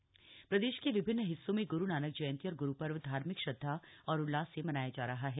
गुरुनानक देव जयंती प्रदेश के विभिन्न हिस्सों में ग्रु नानक जयंती और ग्रुपर्व धार्मिक श्रद्धा और उल्लास से मनाया जा रहा है